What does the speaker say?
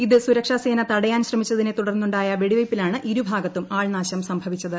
ഇത് സുരക്ഷാസേന തടയാൻ ശ്രമിച്ചുതിനെ തുടർന്നുണ്ടായ വെടിവെയ്പ്പിലാണ് ഇരുഭാഗത്തും ആൾനാശം സംഭവിച്ചത്